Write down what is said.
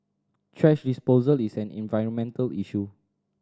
thrash disposal is an environmental issue